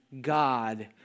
God